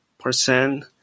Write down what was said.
percent